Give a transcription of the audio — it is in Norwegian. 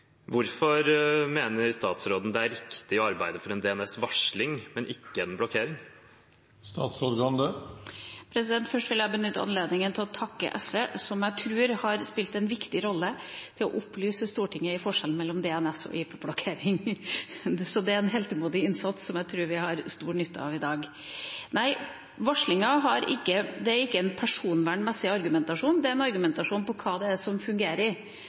Hvorfor mener statsråden det er riktig å arbeide for en DNS-varsling, men ikke en -blokkering? Først vil jeg benytte anledningen til å takke SV, som jeg tror har spilt en viktig rolle i å opplyse Stortinget om forskjellen mellom DNS- og IP-blokkering, en heltemodig innsats som vi har stor nytte av i dag. Når det gjelder varsling, går ikke argumentasjonen på personvern, men på hva som fungerer.